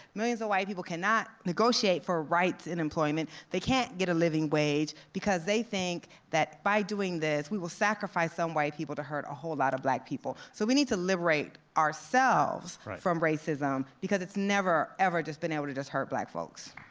millions of white people cannot negotiate for rights in employment. they can't get a living wage because they think that, by doing this, we will sacrifice some white people to hurt a whole lot of black people. so we need to liberate ourselves from racism because it's never, ever just been able to hurt black folks.